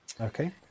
Okay